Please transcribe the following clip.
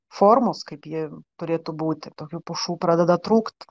formos kaip ji turėtų būti tokių pušų pradeda trūkt